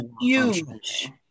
huge